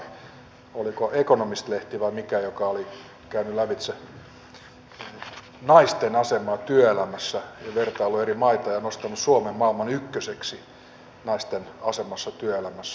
huomasin tänään että oliko se the economist lehti vai mikä joka oli käynyt lävitse naisten asemaa työelämässä ja vertaillut eri maita ja nostanut suomen maailman ykköseksi naisten asemassa työelämässä